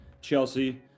Chelsea